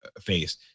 face